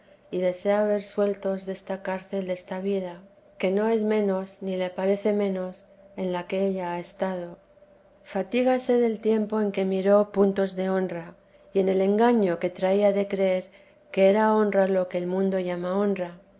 y desea ver sueltos desta cárcel desta vida que no es menos ni le parece menos en la que ella ha estado fatígase del tiempo en que miró puntos de honra y en el engaño que traía de creer que era honra lo que el mundo llama honra